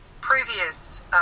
previous